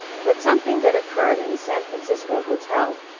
but something that occurred in a san francisco hotel,